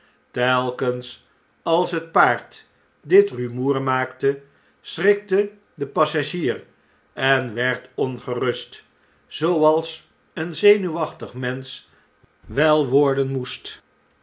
telkens als het paard dit rumoer maakte schrikte de passagier en werd ongerust zooals een zenuwachtig mensch wel worden moest